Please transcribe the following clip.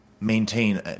maintain